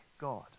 God